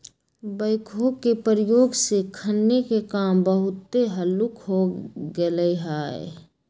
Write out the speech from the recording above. backhoe के प्रयोग से खन्ने के काम बहुते हल्लुक हो गेलइ ह